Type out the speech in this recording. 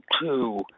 two